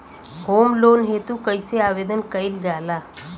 Home loan हेतु कइसे आवेदन कइल जाला?